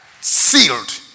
sealed